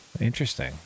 Interesting